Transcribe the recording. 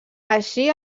així